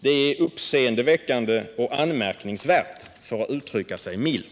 Det är uppseendeväckande och anmärkningsvärt — för att uttrycka sig milt.